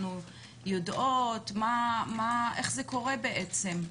אנחנו יודעות איך זה קורה בעצם?